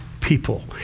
people